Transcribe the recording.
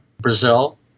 Brazil